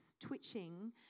twitching